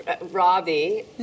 Robbie